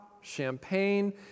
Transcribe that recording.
champagne